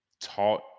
taught